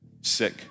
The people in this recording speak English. sick